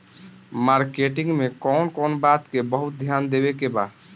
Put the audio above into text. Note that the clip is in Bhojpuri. मार्केटिंग मे कौन कौन बात के बहुत ध्यान देवे के बा?